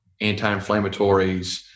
anti-inflammatories